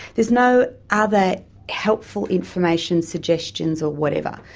there's no other helpful information, suggestions or whatever.